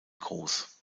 groß